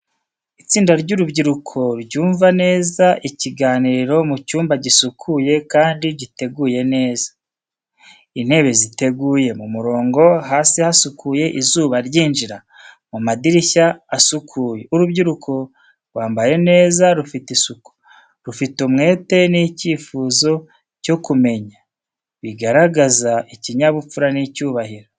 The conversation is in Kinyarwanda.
Itsinda ry’urubyiruko ryumva neza ikiganiro mu cyumba gisukuye kandi giteguye neza. Intebe ziteguye mu murongo hasi hasukuye, izuba rinjira mu madirishya asukuye. Urubyiruko rwambaye neza, rufite isuku, rufite umwete n’icyifuzo cyo kumenya, bigaragaza ikinyabupfura n’icyubahiro.